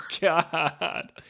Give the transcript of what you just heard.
god